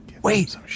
Wait